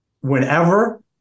whenever